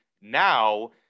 now